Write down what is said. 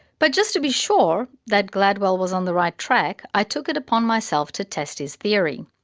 but just to be sure that gladwell was on the right track, i took it upon myself to test his theory.